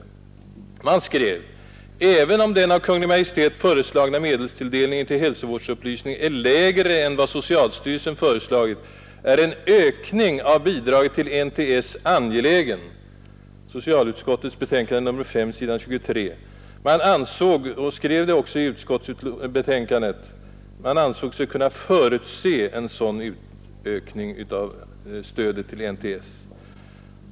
Man skrev på s. 23 i socialutskottets betänkande nr 5: ”Även om den av Kungl. Maj:t föreslagna medelsanvisningen till hälsovårdsupplysning är lägre än vad socialstyrelsen föreslagit är en ökning av bidraget till NTS angelägen.” Man ansåg sig — och skrev det också i utskottsbetänkandet — kunna förutse en sådan utökning av stödet till NTS.